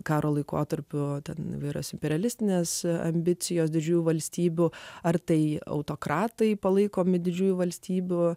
karo laikotarpiu ten vyras imperialistinės ambicijos didžiųjų valstybių ar tai autokratai palaikomi didžiųjų valstybių